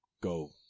go